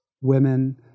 women